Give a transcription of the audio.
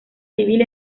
civil